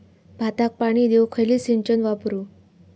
भाताक पाणी देऊक खयली सिंचन वापरू?